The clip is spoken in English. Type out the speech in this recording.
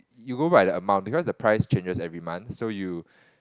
you go write the amount because the price changes every month so you